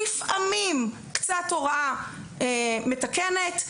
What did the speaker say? לפעמים קצת הוראה מתקנת,